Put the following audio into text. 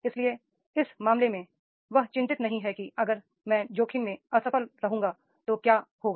इसलिए इस मामले में वह चिं तित नहीं है कि अगर मैं जोखिम में असफल रहूंगा तो क्या होगा